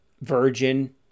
virgin